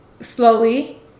slowly